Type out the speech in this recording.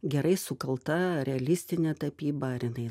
gerai sukalta realistinė tapyba ar jinai